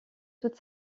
toute